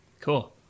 cool